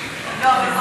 מה שנקרא.